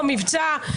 במבצע,